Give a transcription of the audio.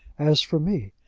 as for me,